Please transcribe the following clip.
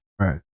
Right